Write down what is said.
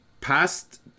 past